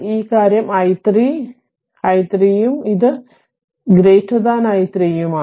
ഈ കാര്യം i 3 ഉം ഇത് i 3 ഉം ഇത് 1